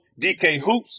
DKHOOPS